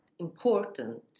important